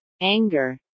anger